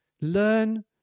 Learn